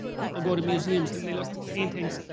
people go to museums and they look at paintings,